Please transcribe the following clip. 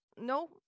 no